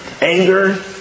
anger